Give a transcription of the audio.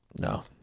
no